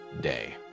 day